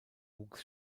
wuchs